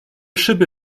szyby